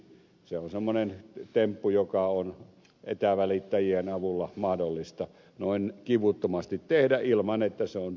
se on semmoinen temppu joka on etävälittäjien avulla mahdollista noin kivuttomasti tehdä ilman että se on rikos sinänsä